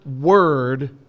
word